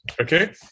okay